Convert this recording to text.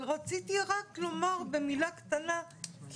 אבל רציתי רק לומר במילה קטנה,